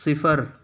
صفر